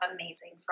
amazing